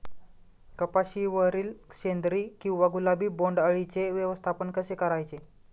कपाशिवरील शेंदरी किंवा गुलाबी बोंडअळीचे व्यवस्थापन कसे करायचे?